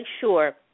sure